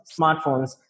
smartphones